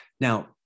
Now